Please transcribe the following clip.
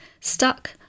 stuck